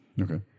okay